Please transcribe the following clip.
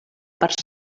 per